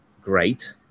great